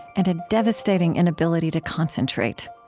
and a devastating inability to concentrate.